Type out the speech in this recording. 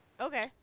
Okay